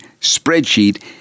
spreadsheet